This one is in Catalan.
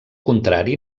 contrari